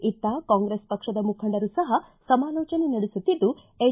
ಇತ್ತ ಕಾಂಗ್ರೆಸ್ ಪಕ್ಷದ ಮುಖಂಡರು ಸಹ ಸಮಾಲೋಚನೆ ನಡೆಸುತ್ತಿದ್ದು ಎನ್